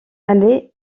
allait